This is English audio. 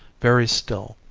very still,